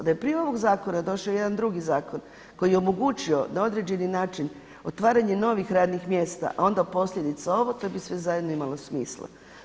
Da je … zakona došao jedan drugi zakon koji je omogućio na određeni način otvaranje novih radnih mjesta a onda posljedica ovo, to bi sve zajedno imalo smisla.